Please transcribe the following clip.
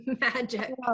magic